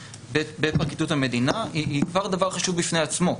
בפרקליטות המדינה היא כבר דבר חשוב בפני עצמו.